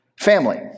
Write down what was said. family